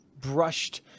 brushed